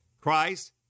Christ